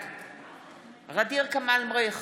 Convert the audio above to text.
בעד ע'דיר כמאל מריח,